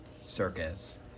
circus